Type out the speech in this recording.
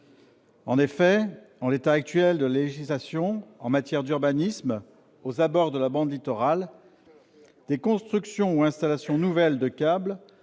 En effet, en l'état actuel de la législation en matière d'urbanisme, aux abords de la bande littorale, des constructions ou installations nouvelles de câbles